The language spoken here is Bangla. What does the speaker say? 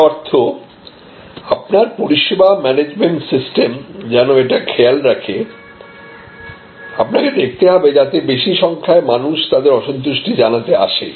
এর অর্থ আপনার পরিষেবা ম্যানেজমেন্ট সিস্টেম যেন এটা খেয়াল রাখে আপনাকে দেখতে হবে যাতে বেশি সংখ্যায় মানুষ তাদের অসন্তুষ্টি জানাতে আসে